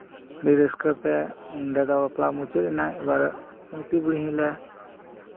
ᱟᱹᱰᱤ ᱨᱟᱹᱥᱠᱟᱹᱛᱮ ᱚᱸᱰᱮ ᱫᱚ ᱵᱟᱯᱞᱟ ᱢᱩᱪᱟᱹᱫ ᱮᱱᱟ ᱮᱵᱟᱨ ᱫᱚ ᱞᱩᱝᱛᱤ ᱵᱩᱲᱦᱤᱞᱮ